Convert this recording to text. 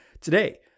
Today